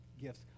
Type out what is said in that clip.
gifts